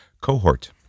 cohort